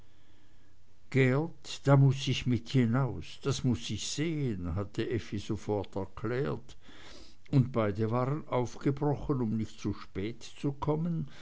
da muß ich mit hinaus das muß ich sehen hatte effi sofort erklärt und beide waren aufgebrochen um nicht zu spät zu kommen